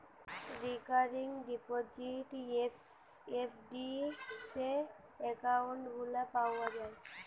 recurring deposit, FD যে account গুলা পাওয়া যায়